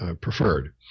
preferred